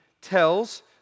tells